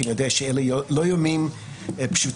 כי אני יודע שאלו לא ימים פשוטים,